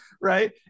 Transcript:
right